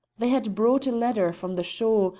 they had brought a ladder from the shore,